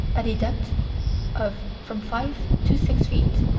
at a depth of from five to six feet,